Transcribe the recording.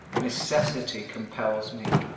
necessity compels me.